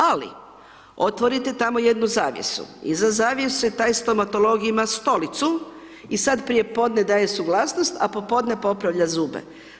Ali, otvorite tamo jednu zavjesu, iza zavjese taj stomatolog ima stolicu i sad prije podne daje suglasnost, a popodne popravlja zube.